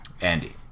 Andy